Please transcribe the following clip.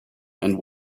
and